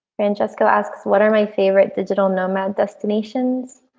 and jessica asks, what are my favorite digital nomad destinations?